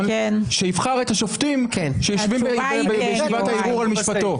שיבחר את השופטים שיושבים בישיבת הערעור על משפטו?